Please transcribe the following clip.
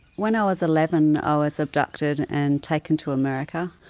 when i was eleven i was abducted and taken to america.